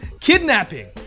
kidnapping